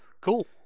cool